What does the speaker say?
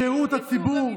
בשירות הציבור?